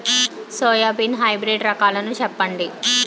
Soybean hybrid రకాలను చెప్పండి?